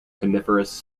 coniferous